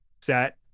set